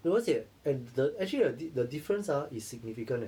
no 而且 and the actually the di~ the difference ah is significant eh